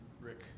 Rick